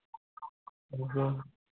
हाँ